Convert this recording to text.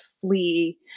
flee